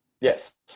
Yes